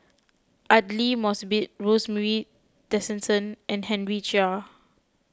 Aidli Mosbit Rosemary Tessensohn and Henry Chia